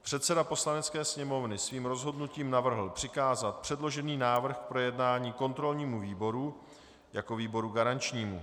Předseda Poslanecké sněmovny svým rozhodnutím navrhl přikázat předložený návrh k projednání kontrolnímu výboru jako výboru garančnímu.